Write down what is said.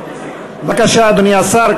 בבקשה, אדוני השר.